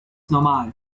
normal